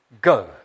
go